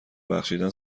بخشیدن